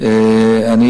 אני